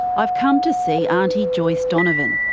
i've come to see aunty joyce donovan,